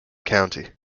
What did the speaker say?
county